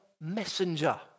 messenger